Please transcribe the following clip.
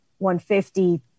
150